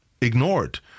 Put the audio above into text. ignored